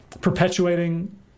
perpetuating